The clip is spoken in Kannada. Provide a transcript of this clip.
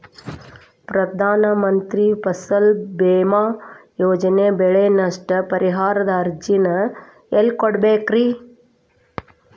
ಪ್ರಧಾನ ಮಂತ್ರಿ ಫಸಲ್ ಭೇಮಾ ಯೋಜನೆ ಬೆಳೆ ನಷ್ಟ ಪರಿಹಾರದ ಅರ್ಜಿನ ಎಲ್ಲೆ ಕೊಡ್ಬೇಕ್ರಿ?